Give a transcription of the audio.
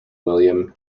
william